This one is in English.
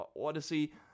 Odyssey